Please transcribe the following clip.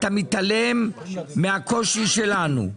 זה ומתעלם מהקושי שלנו,